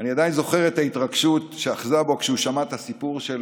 אני עדיין זוכר את ההתרגשות שאחזה בו כשהוא שמע את הסיפור של